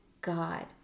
God